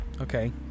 Okay